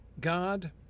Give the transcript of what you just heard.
God